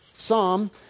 Psalm